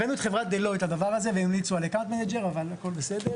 הבאנו את חברת "דלויט" לדבר הזה והם המליצו על מנהלי משתמשים,